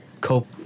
cope